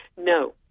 No